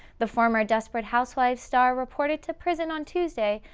the former desperate housewives star reported to prison on tuesday,